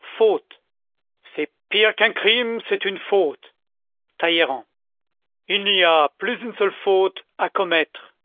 faute c'est pire qu'un crime c'est une faute talleyrand il n'y a plus une seule faute à commettre